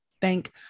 thank